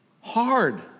hard